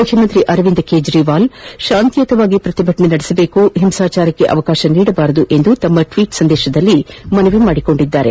ಮುಖ್ಯಮಂತಿ ಅರವಿಂದ್ ಕೇಜಿವಾಲ್ ಶಾಂತಿಯುತವಾಗಿ ಪ್ರತಿಭಟನೆ ಮಾದಬೇಕು ಹಿಂಸಾಚಾರಕ್ಕೆ ಅವಕಾಶ ನೀಡಬಾರದು ಎಂದು ಟ್ಲೀಟ್ ಸಂದೇಶದಲ್ಲಿ ಮನವಿ ಮಾಡಿದ್ದಾರೆ